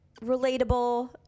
relatable